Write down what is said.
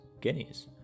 guineas